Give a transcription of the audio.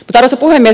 arvoisa puhemies